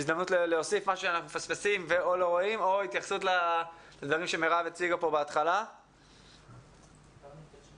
אין לנו מה להוסיף ההתייחסות של מירב ישראלי הייתה מדויקת.